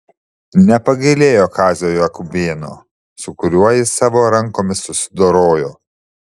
nepagailėjo kazio jakubėno su kuriuo jis savo rankomis susidorojo